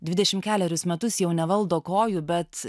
dvidešim kelerius metus jau nevaldo kojų bet